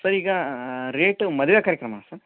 sir ಈಗ rate ಮದುವೆ ಕಾರ್ಯಕ್ರಮನ ಸರ್